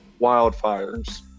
wildfires